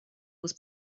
was